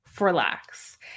relax